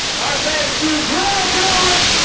our thanks to greta gerwig.